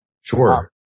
Sure